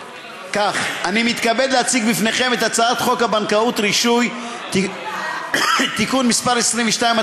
אני מתכבד להציג בפניכם את הצעת חוק הבנקאות (רישוי) (תיקון מס' 22),